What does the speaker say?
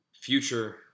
future